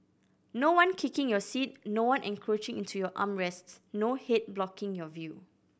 no one kicking your seat no one encroaching into your arm rests no head blocking your view